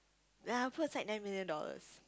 then I'll put aside nine million dollars